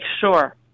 sure